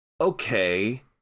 Okay